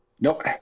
nope